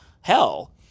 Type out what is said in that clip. hell